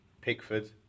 Pickford